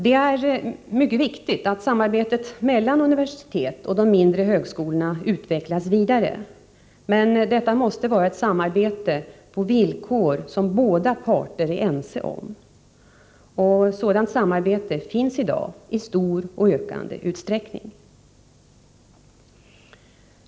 Det är mycket viktigt att samarbetet mellan universitet och mindre högskolor utvecklas vidare, men detta måste vara ett samarbete på villkor som båda parter är ense om. Och sådant samarbete finns i dag i stor och ökande utsträckning.